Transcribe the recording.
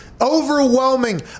overwhelming